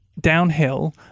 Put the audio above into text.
Downhill